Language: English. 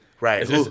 right